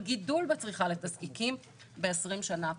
גידול בצריכה לתזקיקים ב-20 שנה הקרובות.